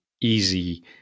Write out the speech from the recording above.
easy